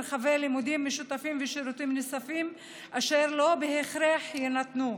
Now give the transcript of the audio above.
מרחבי לימודים משותפים ושירותים נוספים אשר לא בהכרח יינתנו,